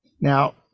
Now